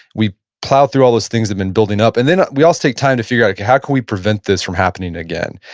we plow through all those things that have been building up and then we also take time to figure out like how can we prevent this from happening again?